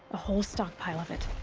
a whole stockpile of it.